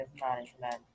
management